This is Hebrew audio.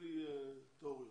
ובלי תיאוריות.